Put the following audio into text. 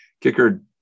kicker